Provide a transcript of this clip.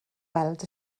weld